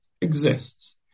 exists